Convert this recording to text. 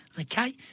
okay